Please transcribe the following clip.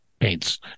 paints